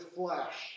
flesh